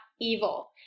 evil